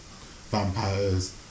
vampires